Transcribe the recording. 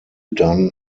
dunn